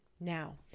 Now